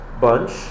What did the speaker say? bunch